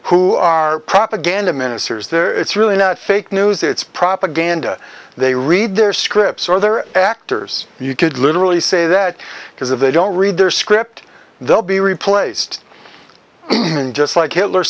who are propaganda ministers there it's really not fake news it's propaganda they read their scripts or their actors you could literally say that because if they don't read their script they'll be replaced just like hitler